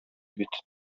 бит